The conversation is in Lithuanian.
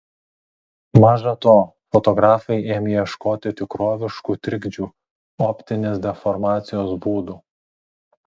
maža to fotografai ėmė ieškoti tikroviškų trikdžių optinės deformacijos būdų